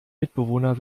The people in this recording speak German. mitbewohner